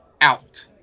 out